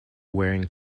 wearing